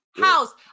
House